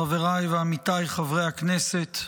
חבריי ועמיתיי חברי הכנסת,